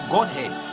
Godhead